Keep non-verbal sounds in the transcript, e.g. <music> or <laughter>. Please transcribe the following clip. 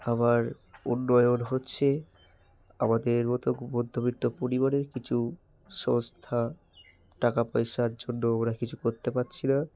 আবার উন্নয়ন হচ্ছে আমাদের মতো মধ্যবিত্ত পরিবারের কিছু <unintelligible> টাকা পয়সার জন্য আমরা কিছু করতে পারছি না